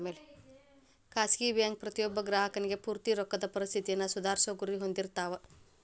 ಖಾಸಗಿ ಬ್ಯಾಂಕ್ ಪ್ರತಿಯೊಬ್ಬ ಗ್ರಾಹಕನಿಗಿ ಪೂರ್ತಿ ರೊಕ್ಕದ್ ಪರಿಸ್ಥಿತಿನ ಸುಧಾರ್ಸೊ ಗುರಿ ಹೊಂದಿರ್ತಾವ